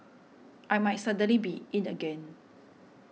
I might suddenly be 'in' again